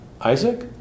Isaac